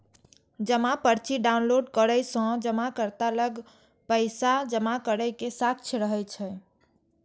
जमा पर्ची डॉउनलोड करै सं जमाकर्ता लग पैसा जमा करै के साक्ष्य रहै छै